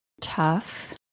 tough